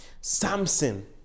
Samson